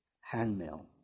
handmill